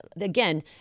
again